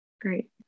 Great